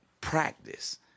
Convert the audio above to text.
practice